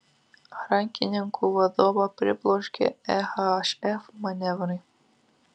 rankininkų vadovą pribloškė ehf manevrai